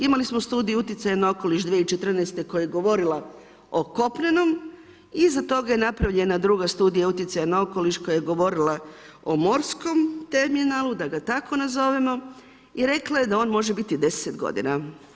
Imali smo studiju utjecaja na okoliš 2014. koja je govorila o kopnenom, iza toga je napravljena druga studija utjecaja na okoliš koja je govorila o morskom terminalu, da ga tako nazovemo i rekla je da on može biti 10 godina.